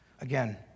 again